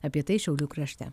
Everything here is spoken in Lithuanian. apie tai šiaulių krašte